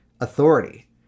authority